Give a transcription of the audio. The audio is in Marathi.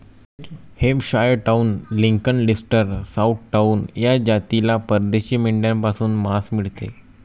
Hampshire town, Lincoln, Leicester, south town या जातीला परदेशी मेंढ्यांपासून मांस मिळते